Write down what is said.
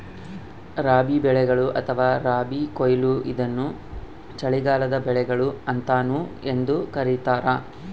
ರಬಿ ಬೆಳೆಗಳು ಅಥವಾ ರಬಿ ಕೊಯ್ಲು ಇದನ್ನು ಚಳಿಗಾಲದ ಬೆಳೆಗಳು ಅಂತಾನೂ ಎಂದೂ ಕರೀತಾರ